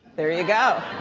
there you go.